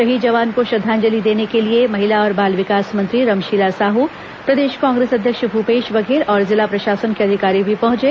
शहीद जवान को श्रद्धांजलि देने के लिए महिला और बाल विकास मंत्री रमशीला साहू प्रदेश कांग्रेस अध्यक्ष भूपेश बघेल और जिला प्रशासन के अधिकारी भी पहुंचे